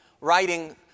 writing